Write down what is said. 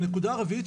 נקודה רביעית,